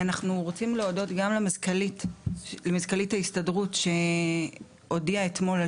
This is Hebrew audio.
אנחנו רוצים להודות גם למזכ"לית ההסתדרות שהודיעה אתמול על